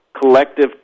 collective